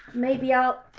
maybe i'll.